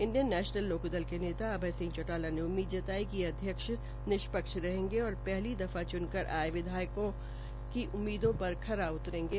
Indian National Lokdal के नेता अभय सिंह चौटाला ने उम्मीद जताई कि अध्यक्ष निष्पक्ष रहेंगे और पहली दफा च्नकर आये विधायकों की उम्मीदों पर खरा उतरेंगे